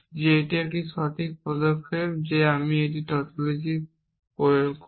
যে এটি একটি সঠিক পদক্ষেপ যে আমি যদি টপোলজি গ্রহণ করি